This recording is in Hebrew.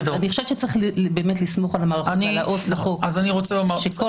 אני חושבת שצריך לסמוך על העובד הסוציאלי לחוק הנוער שכל